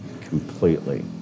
completely